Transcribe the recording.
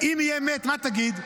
אם יהיה מת, מה תגיד?